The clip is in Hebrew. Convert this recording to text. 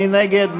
מי נגד?